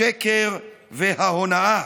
השקר וההונאה,